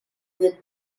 with